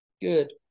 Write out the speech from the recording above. Good